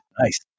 Nice